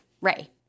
ray